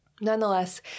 Nonetheless